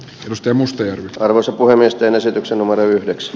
rustemusta ja arvonsa puhemiesten esityksen omalle yhdeks